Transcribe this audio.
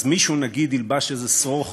אז מישהו, נגיד, ילבש איזה שרוך